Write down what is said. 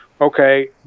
okay